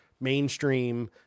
mainstream